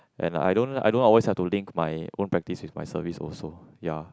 and I don't I don't always have to link my own practice with my service also ya